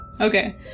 Okay